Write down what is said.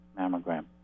mammogram